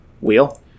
Wheel